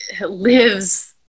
lives